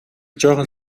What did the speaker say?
жаахан